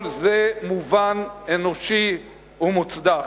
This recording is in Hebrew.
כל זה מובן, אנושי ומוצדק.